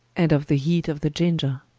and of the heat of the ginger.